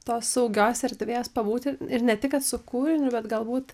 tos saugios erdvės pabūti ir ne tik su kūriniu bet galbūt